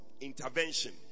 intervention